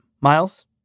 Miles